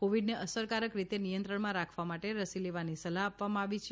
કોવીડને અસરકારક રીતે નિયંત્રણમાં રાખવા માટે રસી લેવાની સલાહ આપવામાં આવી છે